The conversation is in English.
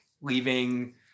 leaving